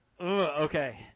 Okay